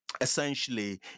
essentially